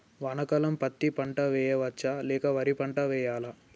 వానాకాలం పత్తి పంట వేయవచ్చ లేక వరి పంట వేయాలా?